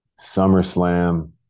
SummerSlam